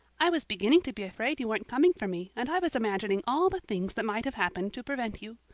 i was beginning to be afraid you weren't coming for me and i was imagining all the things that might have happened to prevent you.